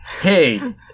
hey